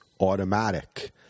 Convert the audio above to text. automatic